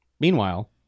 Meanwhile